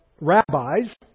rabbis